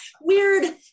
weird